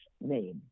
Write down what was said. name